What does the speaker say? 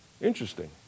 interesting